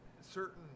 certain